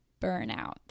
Burnout